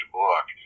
book